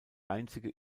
einzige